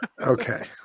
Okay